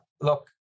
look